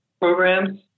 programs